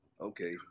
Okay